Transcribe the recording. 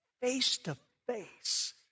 face-to-face